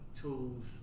tools